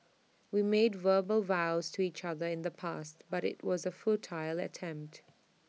we made verbal vows to each other in the past but IT was A futile attempt